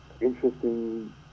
interesting